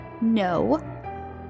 No